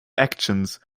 actions